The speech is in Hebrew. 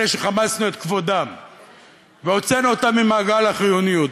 אלה שחמסנו את כבודם והוצאנו אותם ממעגל החיוניות,